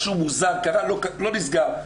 משהו מוזר קרה, לא נסגר.